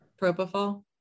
Propofol